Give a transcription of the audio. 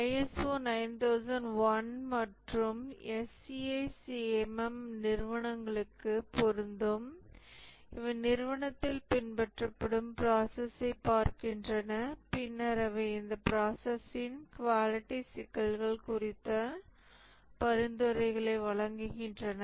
ISO 9001 மற்றும் SEI CMM நிறுவனங்களுக்கு பொருந்தும் இவை நிறுவனத்தில் பின்பற்றப்படும் ப்ராசஸ்ஸைப் பார்க்கின்றன பின்னர் அவை இந்த ப்ராசஸ்ஸின் குவாலிட்டி சிக்கல்கள் குறித்த பரிந்துரைகளை வழங்குகின்றன